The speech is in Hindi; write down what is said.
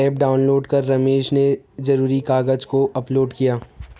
ऐप डाउनलोड कर रमेश ने ज़रूरी कागज़ को अपलोड किया